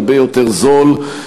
הרבה יותר זול,